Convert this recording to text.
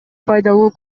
пайдалуу